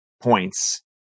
points